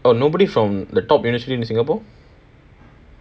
oh nobody from the top university in singapore